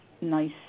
nice